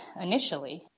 initially